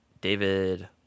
david